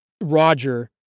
Roger